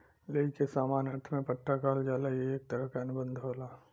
lease के सामान्य अर्थ में पट्टा कहल जाला ई एक तरह क अनुबंध होला